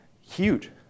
huge